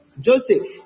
Joseph